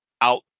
out